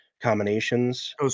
combinations